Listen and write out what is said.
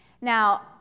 Now